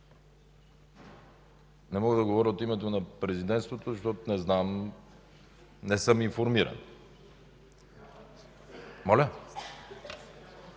не мога да говоря от името на президентството, защото не знам, не съм информиран. ЯНАКИ